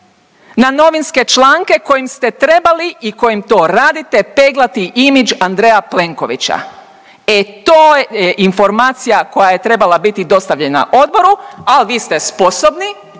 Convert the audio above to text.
na novinske članke kojim ste trebali i kojim to radite peglati image Andreja Plenkovića. E to je informacija koja je trebala biti dostavljena odboru, ali vi ste sposobni.